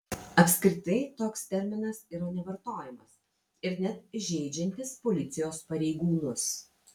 apskritai toks terminas yra nevartojamas ir net žeidžiantis policijos pareigūnus